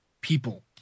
people